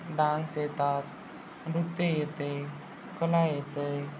dance येतात नृत्य येते कला येते